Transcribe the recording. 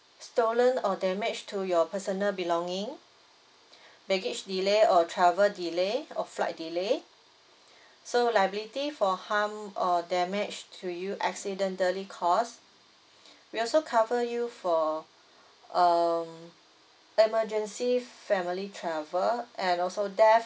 stolen or damage to your personal belongings baggage delay or travel delay or flight delay so liability for harm or damage to you accidentally cause we also cover you for um emergency family travel and also death